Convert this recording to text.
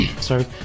Sorry